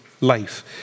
life